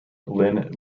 lin